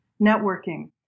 networking